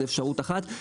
זה אפשרות אחת,